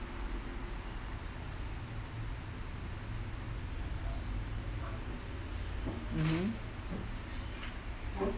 mmhmm